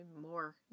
more